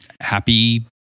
happy